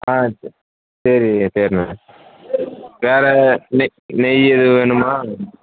ஆ சே சரி சரிண்ணே வேறு நெய் நெய் எதுவும் வேணுமா